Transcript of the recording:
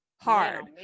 hard